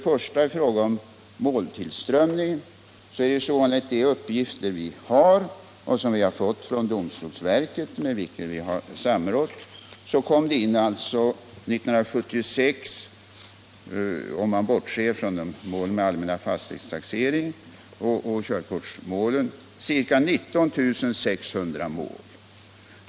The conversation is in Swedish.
I fråga om måltillströmningen är det så, enligt de uppgifter jag har fått från domstolsverket, med vilket jag har samrått, att det under 1976 kom in — om man bortser från mål angående den allmänna fastighetstaxeringen och från körtkortsutbytesmål — ca 19 600 mål.